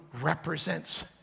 represents